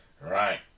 Right